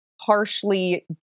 harshly